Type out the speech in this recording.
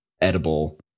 edible